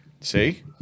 See